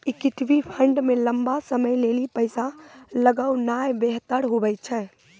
equity fund मे लंबा समय लेली पैसा लगौनाय बेहतर हुवै छै